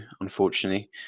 unfortunately